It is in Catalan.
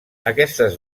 aquestes